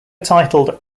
titled